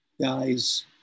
guys